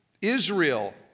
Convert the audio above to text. Israel